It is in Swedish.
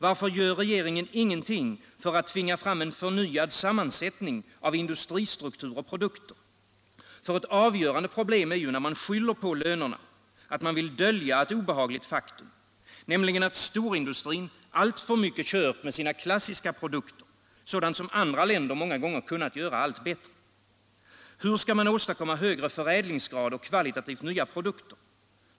Varför gör regeringen inget för att tvinga fram en förnyad sammansättning av industristruktur och produkter? Ett avgörande problem är ju när man skyller på lönerna att man vill dölja ett obehagligt faktum, nämligen att storindustrin alltför mycket kört med sina klassiska produkter — sådant som andra länder många gånger kunnat göra allt bättre. Hur skall man åstadkomma högre förädlingsgrad och kvalitativt nya produkter?